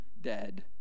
dead